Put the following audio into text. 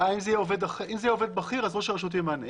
אם זה יהיה עובד בכיר ראש הרשות ימנה.